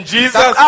Jesus